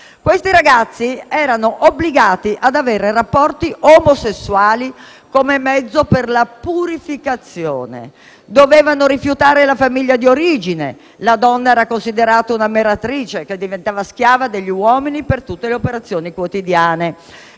Questi ragazzi erano obbligati ad avere rapporti omosessuali come mezzo per la purificazione, dovevano rifiutare la famiglia di origine, la donna era considerata una meretrice che diventava schiava degli uomini per tutte le operazioni quotidiane.